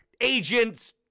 agents